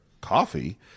coffee